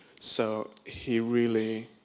so, he really,